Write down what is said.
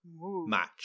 match